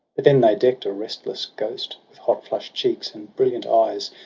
but then they deck'd a restless ghost with hot-flush'd cheeks and brilliant eyes.